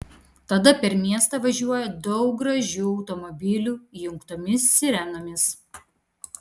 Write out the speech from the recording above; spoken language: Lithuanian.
tada per miestą važiuoja daug gražių automobilių įjungtomis sirenomis